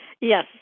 Yes